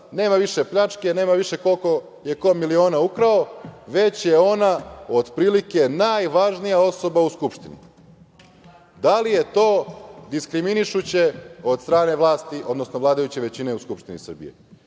nema više pljačke, nema više koliko je ko miliona ukrao, već je ona otprilike najvažnija osoba u Skupštini. Da li je to diskriminišuće od strane vlasti, odnosno vladajuće većine u Skupštini Srbije. Dakle,